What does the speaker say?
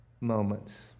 moments